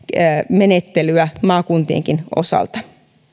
menettelyä maakuntienkin osalta